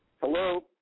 Hello